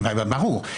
ברור.